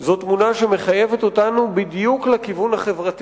זו תמונה שמחייבת אותנו בדיוק לכיוון החברתי